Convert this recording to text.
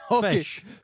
Fish